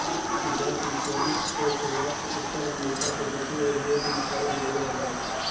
gap insurance के शुरुआत उत्तर अमेरिका के वित्तीय उद्योग में करल गेले हलाई